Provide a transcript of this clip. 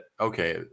okay